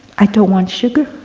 i don't want sugar,